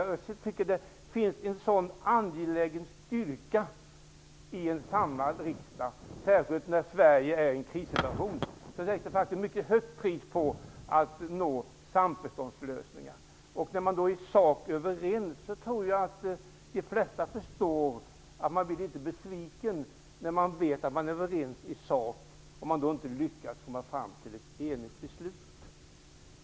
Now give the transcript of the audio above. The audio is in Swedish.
Jag tycker att det finns en angelägen styrka i en samlad riksdag, särskilt när Sverige är i en krissituation. Man har satt ett mycket pris på att nå samförståndslösningar. När vi i sak är överens tror jag att de flesta förstår att man blir litet besviken om vi inte lyckas komma fram till ett enigt beslut.